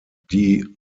die